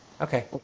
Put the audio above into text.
Okay